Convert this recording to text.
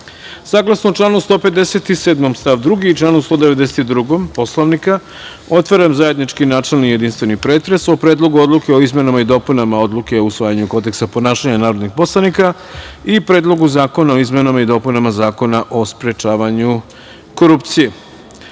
članu 157. stav 2. i članu 192. Poslovnika, otvaram zajednički načelni i jedinstveni pretres o Predlogu odluke o izmenama i dopunama Odluke o usvajanju Kodeksa ponašanja narodnih poslanika i Predlogu zakona o izmenama i dopunama Zakona o sprečavanju korupcije. Pošto